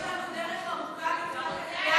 אבל יש לנו דרך ארוכה לקראת הקריאה השנייה והשלישית.